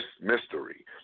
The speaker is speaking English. mystery